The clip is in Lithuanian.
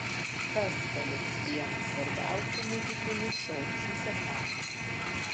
kas paliks vieną svarbiausių muzikinių šou šį sekmadienį